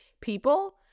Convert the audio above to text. people